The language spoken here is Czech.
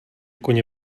koně